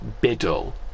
biddle